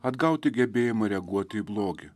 atgauti gebėjimą reaguoti į blogį